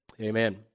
Amen